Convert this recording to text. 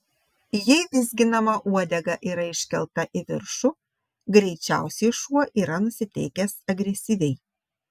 jei vizginama uodega yra iškelta į viršų greičiausiai šuo yra nusiteikęs agresyviai